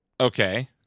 Okay